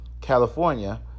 California